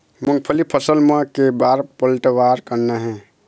मूंगफली फसल म के बार पलटवार करना हे?